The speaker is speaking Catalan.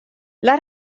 les